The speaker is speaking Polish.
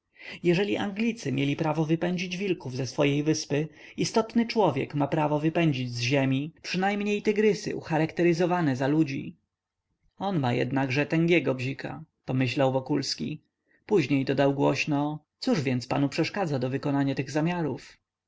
jeżeli anglicy mieli prawo wypędzić wilków ze swej wyspy istotny człowiek ma prawo wypędzić z ziemi przynajmniej tygrysy ucharakteryzowane za ludzi on ma jednakże tęgiego bzika pomyślał wokulski później dodał głośno cóż więc panu przeszkadza do wykonania tych zamiarów